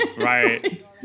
Right